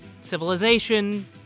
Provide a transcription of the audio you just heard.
civilization